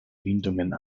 windungen